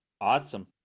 Awesome